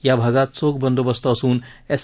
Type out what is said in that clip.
या भागात चोख बंदोबस्त असून एस